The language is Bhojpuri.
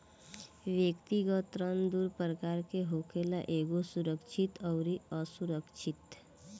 व्यक्तिगत ऋण दू प्रकार के होखेला एगो सुरक्षित अउरी असुरक्षित